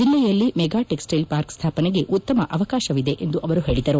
ಜಿಲ್ಲೆಯಲ್ಲಿ mega textile park ಸ್ಥಾಪನೆಗೆ ಉತ್ತಮ ಅವಕಾಶವಿದೆ ಎಂದು ಅವರು ಹೇಳಿದರು